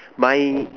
my